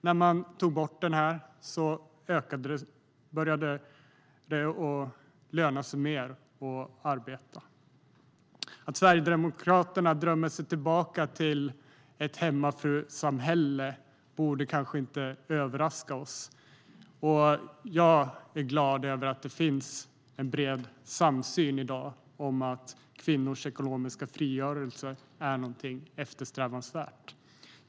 När man tog bort sambeskattningen började det löna sig bättre att arbeta. Att Sverigedemokraterna drömmer sig tillbaka till ett hemmafrusamhälle borde kanske inte överraska oss. Jag är glad över att det i dag finns en bred samsyn om att kvinnors ekonomiska frigörelse är någonting eftersträvansvärt.